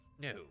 No